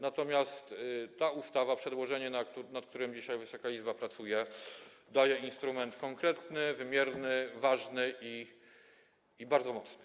Natomiast ta ustawa, to przedłożenie, nad którym dzisiaj Wysoka Izba pracuje, daje instrument konkretny, wymierny, ważny i bardzo mocny.